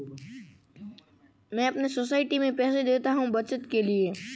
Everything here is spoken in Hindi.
मैं अपने सोसाइटी में पैसे देता हूं बचत के लिए